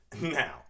Now